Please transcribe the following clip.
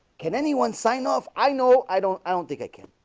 can anyone sign off i know i don't i don't think i can